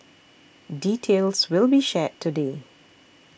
details will be shared today